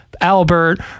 Albert